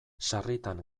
sarritan